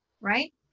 right